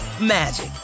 magic